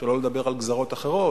שלא לדבר על גזרות אחרות,